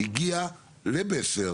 הגיע לבסר